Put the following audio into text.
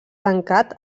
tancat